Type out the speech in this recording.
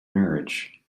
marriage